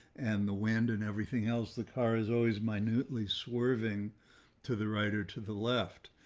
and the wind and everything else, the car is always my noodley swerving to the right or to the left.